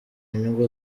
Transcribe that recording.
nyungu